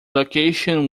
location